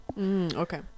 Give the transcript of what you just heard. okay